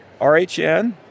RHN